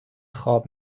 خواب